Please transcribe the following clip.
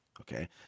okay